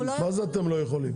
מה זה "אתם לא יכולים"?